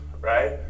right